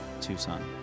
Tucson